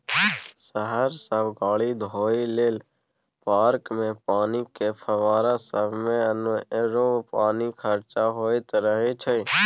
शहर सब गाड़ी धोए लेल, पार्कमे पानिक फब्बारा सबमे अनेरो पानि खरचा होइत रहय छै